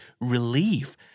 relief